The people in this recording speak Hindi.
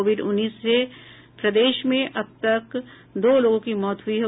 कोविड उन्नीस से प्रदेश में अब तक दो लोगों की मौत हुई है